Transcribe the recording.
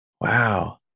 Wow